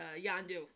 Yandu